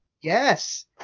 Yes